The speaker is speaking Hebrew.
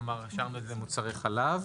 כלומר, השארנו את זה "מוצרי חלב".